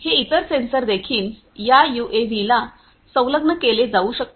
हे इतर सेन्सर देखील या यूएव्हीला संलग्न केले जाऊ शकतात